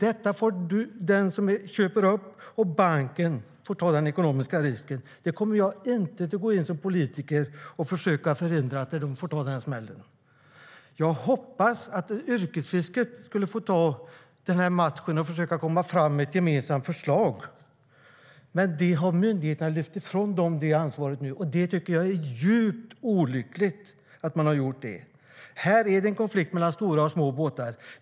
Den som köper upp och banken får ta den ekonomiska risken. Jag kommer inte som politiker att gå in och försöka förhindra att de får ta den smällen. Jag hade hoppats att yrkesfisket skulle få ta den här matchen och försöka komma fram med ett gemensamt förslag. Men det ansvaret har myndigheterna lyft ifrån dem, och det tycker jag är djupt olyckligt. Här är det en konflikt mellan stora och små båtar.